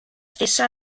stessa